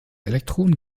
elektron